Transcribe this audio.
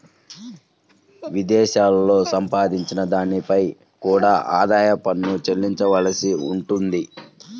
విదేశాలలో సంపాదించిన దానిపై కూడా ఆదాయ పన్ను చెల్లించవలసి ఉంటుంది